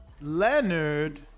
leonard